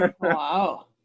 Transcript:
Wow